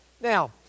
Now